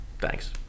Thanks